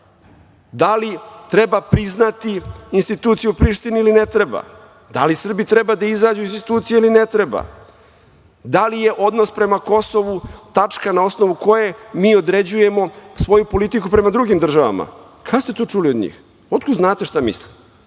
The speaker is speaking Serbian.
Da li treba priznati institucije u Prištini ili ne treba? Da li Srbi treba da izađu iz institucija ili ne treba? Da li je odnos prema Kosovu tačka na osnovu koje mi određujemo svoju politiku prema drugim državama? Kada ste to čuli od njih? Otkud znate šta misle?